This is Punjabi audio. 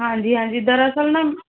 ਹਾਂਜੀ ਹਾਂਜੀ ਦਰਅਸਲ ਨਾ